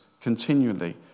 continually